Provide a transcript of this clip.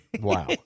Wow